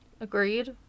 Agreed